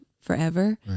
forever